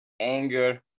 anger